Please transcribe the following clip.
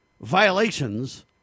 violations